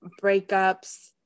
breakups